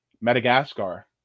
Madagascar